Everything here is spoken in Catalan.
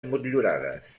motllurades